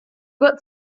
got